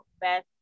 best